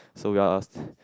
so we are just